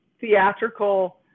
theatrical